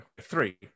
three